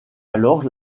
alors